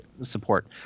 support